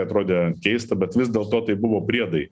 atrodė keista bet vis dėlto tai buvo priedai